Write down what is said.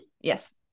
Yes